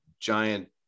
giant